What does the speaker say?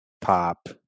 pop